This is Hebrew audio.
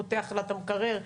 פותח לה את המקרר,